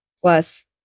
Plus